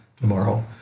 tomorrow